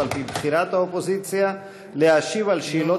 או על פי בחירת האופוזיציה להשיב על שאלות